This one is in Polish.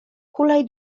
hulaj